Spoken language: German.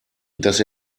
dass